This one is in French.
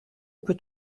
peut